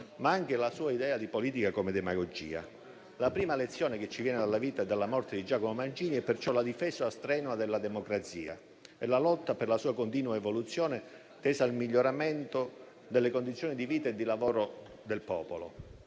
ma anche l'idea di politica come demagogia. La prima lezione che ci viene dalla vita e dalla morte di Giacomo Matteotti è perciò la difesa strenua della democrazia e la lotta per la sua continua evoluzione, tesa al miglioramento delle condizioni di vita e di lavoro del popolo.